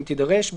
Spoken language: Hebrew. אם תידרש.